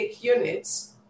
units